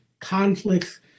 conflicts